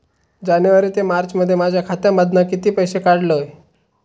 जानेवारी ते मार्चमध्ये माझ्या खात्यामधना किती पैसे काढलय?